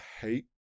hate